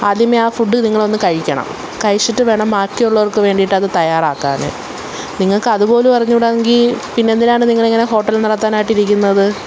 ആദ്യമേ ആ ഫുഡ് നിങ്ങളൊന്ന് കഴിക്കണം കഴിച്ചിട്ട് വേണം ബാക്കിയുള്ളവർക്ക് വേണ്ടിയിട്ട് അത് തയ്യാറാക്കാന് നിങ്ങള്ക്കത് പോലും അറിഞ്ഞുകൂടെങ്കില് പിന്നെന്തിനാണ് നിങ്ങളിങ്ങനെ ഹോട്ടൽ നടത്താനായിട്ടിരിക്കുന്നത്